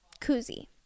Koozie